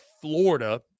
Florida